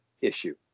issue